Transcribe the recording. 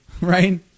right